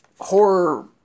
horror